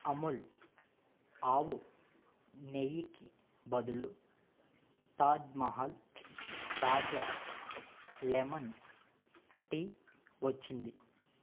అమూల్ ఆవు నెయ్యికి బదులు తాజ్ మహల్ తాజా లెమన్ టీ వచ్చింది